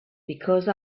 because